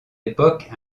époque